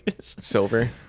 silver